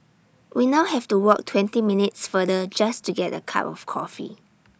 we now have to walk twenty minutes further just to get A cup of coffee